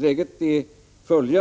Läget är